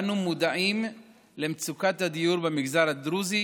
אנו מודעים למצוקת הדיור במגזר הדרוזי